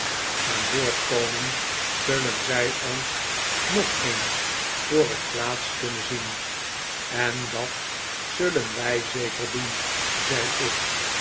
aan boord komen zullen zij ons nog eens voor het laatst kunnen zien en dat zullen wij zeker doen zei ik